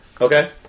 Okay